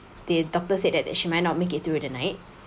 the doctor said that that she might not make it through the night